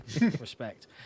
respect